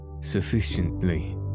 sufficiently